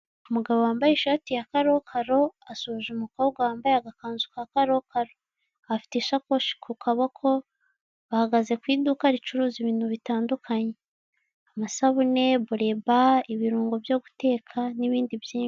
Umugabo wambaye ishati ya karokaro asuhuje umukobwa wambaye agakanzu ka karokaro. Afite isakoshi ku kaboko, ahagaze ku iduka ricuruza ibintu bitandukanye: amasabune, bureba, ibirungo byo guteka n'ibindi byinshi.